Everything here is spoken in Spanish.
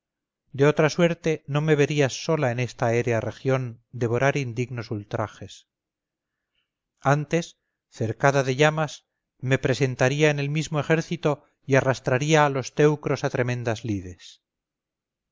de otra suerte no me verías sola en esta aérea región devorar indignos ultrajes antes cercada de llamas me presentaría en el mismo ejército y arrastraría a los teucros a tremendas lides